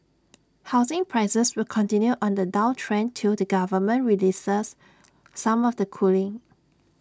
housing prices will continue on the downtrend till the government relaxes some of the cooling